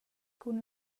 cun